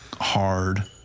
hard